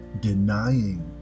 denying